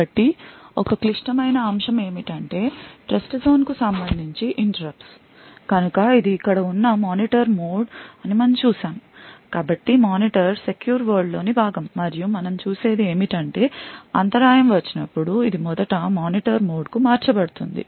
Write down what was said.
కాబట్టి ఒక క్లిష్టమైన అంశం ఏమిటంటే ట్రస్ట్జోన్కు సంబంధించి interrupts కనుక ఇది ఇక్కడ ఉన్న మానిటర్ మోడ్ అని మనం చూశాము కాబట్టి మానిటర్ సెక్యూర్ వరల్డ్ లోని భాగం మరియు మనం చూసేది ఏమిటంటే అంతరాయం వచ్చినప్పుడు ఇది మొదట మానిటర్ మోడ్కు మార్చబడుతుంది